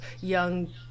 young